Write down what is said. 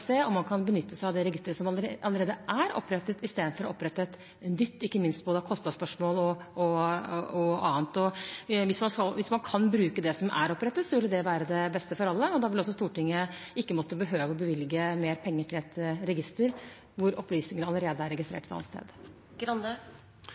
se om man kan benytte seg av det registeret som allerede er opprettet, i stedet for å opprette et nytt, ikke minst av hensyn til kostnadsspørsmålet og annet. Hvis man kan bruke det som er opprettet, ville jo det være det beste for alle. Da ville ikke Stortinget måtte behøve å bevilge mer penger til et register hvor opplysningene allerede er